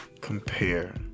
compare